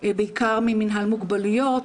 בעיקר ממינהל מוגבלויות,